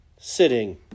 sitting